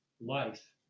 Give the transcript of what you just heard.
life